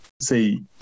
say